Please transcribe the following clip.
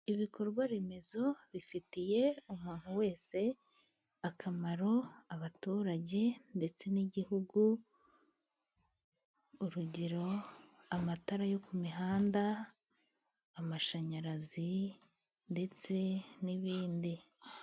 Ibikorwaremezo bifitiye umuntu wese akamaro, abaturage ndetse n'igihugu urugero amatara yo ku mihanda, amashanyarazi ndetse n'ibindi.